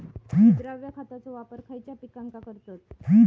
विद्राव्य खताचो वापर खयच्या पिकांका करतत?